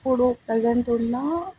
ఇప్పుడు ప్రజెంట్ ఉన్న